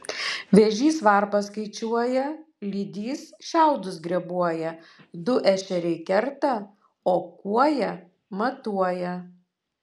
vėžys varpas skaičiuoja lydys šiaudus greboja du ešeriai kerta o kuoja matuoja